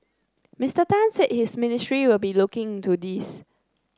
Mr Tan said his ministry will be looking into this